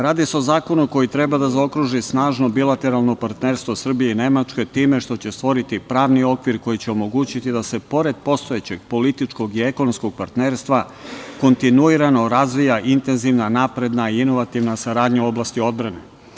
Radi se o zakonu koji treba da zaokruži snažno bilateralno partnerstvo Srbije i Nemačke time što će stvoriti pravni okvir koji će omogućiti da se, pored postojećeg političkog i ekonomskog partnerstva, kontinuirano razvija intenzivna, napredna, inovativna saradnja u oblasti odbrane.